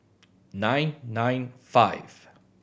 nine nine five